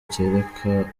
kereka